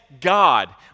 God